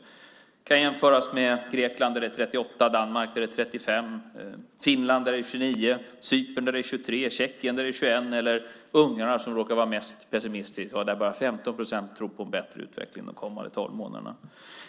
Det kan jämföras med Grekland där det är 38 procent, Danmark där det är 35 procent, Finland där det är 29, Cypern där det är 23 och Tjeckien där det är 21 eller Ungern, där man råkar vara mest pessimistisk och bara 15 procent tror på en bättre utveckling de kommande tolv månaderna.